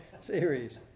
series